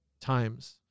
times